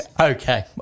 Okay